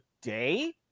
day